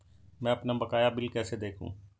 मैं अपना बकाया बिल कैसे देखूं?